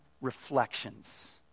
reflections